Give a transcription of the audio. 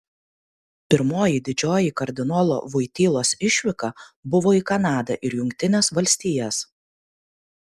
pirmoji didžioji kardinolo voitylos išvyka buvo į kanadą ir jungtines valstijas